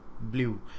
blue